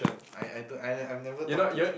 I I do I I've never talk to uh